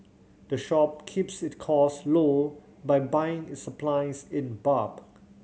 the shop keeps it costs low by buying its supplies in bulk